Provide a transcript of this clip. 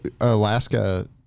Alaska